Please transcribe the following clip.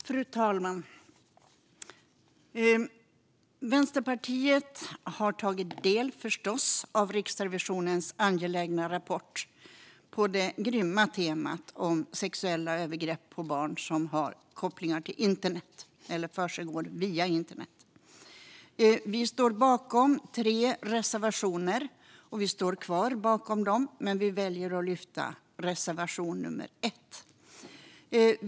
Fru talman! Vänsterpartiet har förstås tagit del av Riksrevisionens angelägna rapport på det grymma temat sexuella övergrepp på barn, och då övergrepp som har kopplingar till eller försiggår via internet. Vi har tre reservationer och står bakom dem, men jag yrkar bifall enbart till reservation nummer 1.